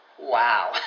Wow